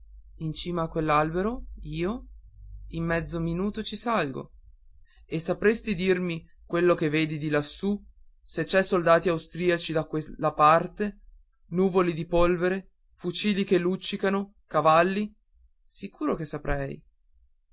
in cima a quell'albero io in mezzo minuto ci salgo e sapresti dirmi quello che vedi di lassù se c'è soldati austriaci da quella parte nuvoli di polvere fucili che luccicano cavalli sicuro che saprei